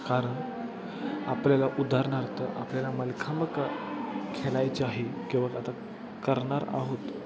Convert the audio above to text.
कारण आपल्याला उदारणार्थ आपल्याला मलखांब क खेळायचं आहे किंवा आता करणार आहोत